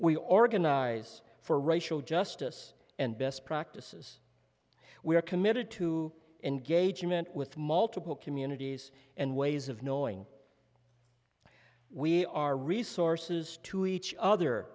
we organize for racial justice and best practices we are committed to engagement with multiple communities and ways of knowing we are resources to each other